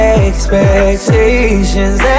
expectations